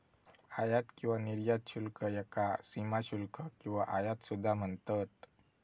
आयात किंवा निर्यात शुल्क याका सीमाशुल्क किंवा आयात सुद्धा म्हणतत